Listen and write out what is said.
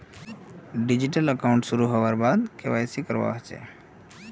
digital account शुरू हबार बाद के.वाई.सी करवा ह छेक